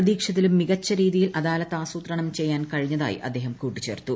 പ്രതീക്ഷിച്ചതിലും മികച്ച് രീതിയിൽ അദാലത്ത് ആസൂത്രണം ചെയ്യാൻ കഴിഞ്ഞതായി അദ്ദേഹം കൂട്ടിച്ചേർത്തു